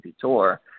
tour